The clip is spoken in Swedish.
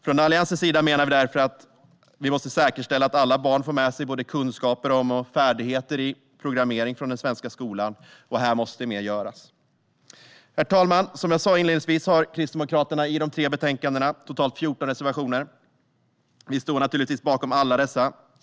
Från Alliansens sida menar vi därför att vi måste säkerställa att alla barn får med sig både kunskaper om och färdigheter i programmering från den svenska skolan. Här måste mer göras. Herr talman! Som jag sa inledningsvis har Kristdemokraterna i de tre betänkandena totalt 14 reservationer. Vi står naturligtvis bakom alla dessa.